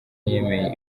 yemeye